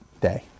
Day